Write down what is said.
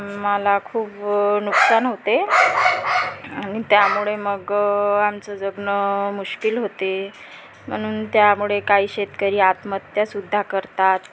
आम्हाला खूप नुकसान होते आणि त्यामुळे मग आमचं जगणं मुश्किल होते म्हणून त्यामुळे काही शेतकरी आत्महत्यासुद्धा करतात